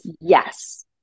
yes